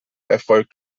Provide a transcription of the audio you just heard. erfolgt